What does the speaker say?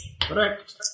Correct